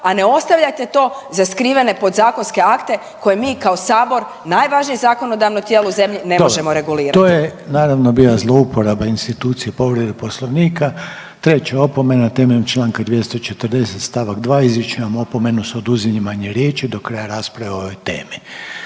a ne ostavljajte to za skrivene podzakonske akte, koje mi kao Sabor, najvažnije zakonodavno tijelo u zemlji ne možemo regulirati. **Reiner, Željko (HDZ)** Dobro, to je naravno bila zlouporaba institucije povrede Poslovnika, treća opomena temeljem članka 240. stavak 2. izričem vam opomenu s oduzimanjem riječi do kraja rasprave o ovoj temi.